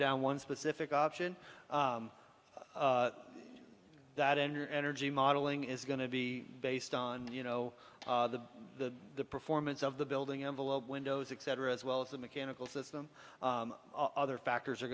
down one specific option that endor energy modeling is going to be based on you know the the the performance of the building envelope windows etc as well as the mechanical system other factors are